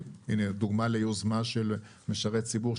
יוזמה של משרת ציבור,